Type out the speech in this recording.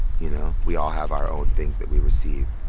you know. we all have our own things that we receive.